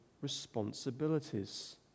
responsibilities